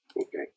Okay